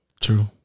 True